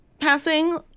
passing